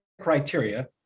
criteria